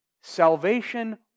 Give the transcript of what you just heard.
Salvation